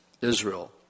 Israel